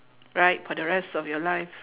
right for the rest of your life